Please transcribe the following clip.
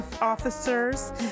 officers